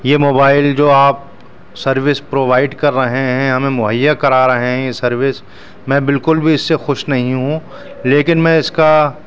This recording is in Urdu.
یہ موبائل جو آپ سروس پرووائڈ کر رہے ہیں ہمیں مہیا کرا رہے ہیں یہ سروس میں بالکل بھی اس سے خوش نہیں ہوں لیکن میں اس کا